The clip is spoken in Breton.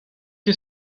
ket